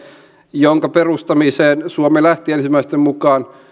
jonka perustamiseen suomi lähti ensimmäisten mukaan